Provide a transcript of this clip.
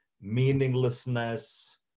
meaninglessness